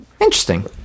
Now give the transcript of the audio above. Interesting